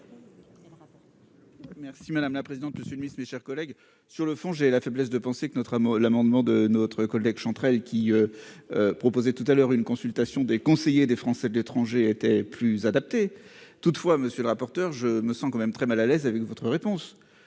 Merci madame la présidente, le Sud-Ouest, mes chers collègues, sur le fond, j'ai la faiblesse de penser que notre mot l'amendement de notre collègue Chantrel qui proposait tout à l'heure, une consultation des conseillers des Français de l'étranger était plus adaptée, toutefois, monsieur le rapporteur, je me sens quand même très mal à l'aise avec votre réponse